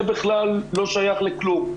זה בכלל לא שייך לכלום.